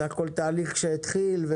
בסך הכול תהליך שהתחיל,